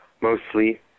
mostly